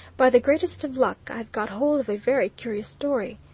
by the greatest of luck i've got hold of a very curious story.